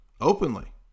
openly